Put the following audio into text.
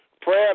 prayer